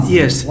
yes